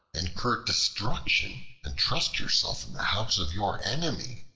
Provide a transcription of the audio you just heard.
incur destruction and trust yourself in the house of your enemy?